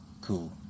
cool